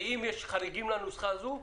ואם יש חריגים לנוסחה הזו,